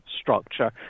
structure